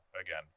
again